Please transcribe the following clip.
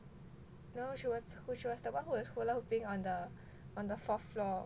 no she was she was the one who was hula hooping on the on the fourth floor